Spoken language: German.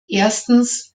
erstens